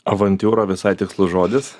avantiūra visai tikslus žodis